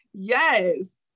yes